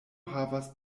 havas